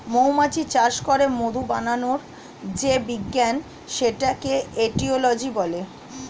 মৌমাছি চাষ করে মধু বানানোর যে বিজ্ঞান সেটাকে এটিওলজি বলে